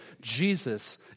Jesus